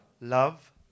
love